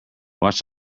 watch